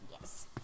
Yes